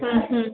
ಹ್ಞೂ ಹ್ಞೂ